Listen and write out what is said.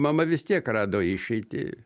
mama vis tiek rado išeitį